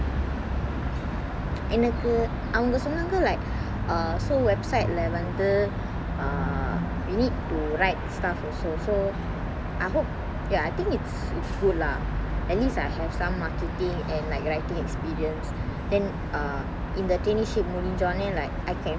எனக்கு அவங்க சொன்னாங்க:enakku avanga sonnanga like err so website lah வந்து:vanthu err you need to write stuff also so I hope ya I think it's it's good lah at least I have some marketing and like writing experience then err in the intenship முடிஞ்சொனே:mudinchone like I can find like maybe like writing jobs again